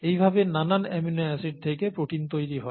এই ভাবে নানান অ্যামিনো অ্যাসিড থেকে প্রোটিন তৈরি হয়